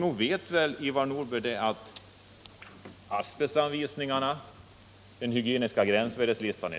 Nog vet väl Ivar Nordberg att asbestanvisningarna och den hygieniska gränsvärdeslistan